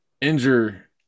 injure